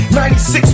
96